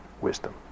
wisdom